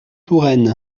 touraine